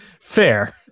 Fair